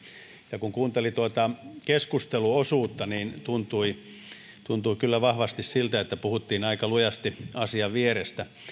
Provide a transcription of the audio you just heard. ja kun kuunteli tuota keskusteluosuutta tuntui kyllä vahvasti siltä että puhuttiin aika lujasti asian vierestä